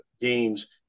games